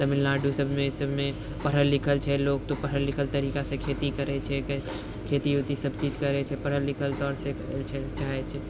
तमिलनाडु सभमे इसभमे पढ़ल लिखल छै लोक तऽ पढ़ल लिखल तरिकासँ खेती करै छिके खेती वेति सभ चीज करै छै पढ़ल लिखल तौरसँ करै छै चाहे छै